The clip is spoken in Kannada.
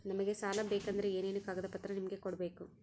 ನಮಗೆ ಸಾಲ ಬೇಕಂದ್ರೆ ಏನೇನು ಕಾಗದ ಪತ್ರ ನಿಮಗೆ ಕೊಡ್ಬೇಕು?